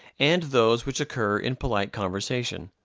and those which occur in polite conversation.